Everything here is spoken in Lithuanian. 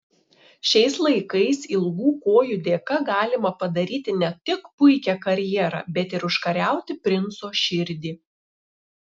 šiais laikais ilgų kojų dėka galima padaryti ne tik puikią karjerą bet ir užkariauti princo širdį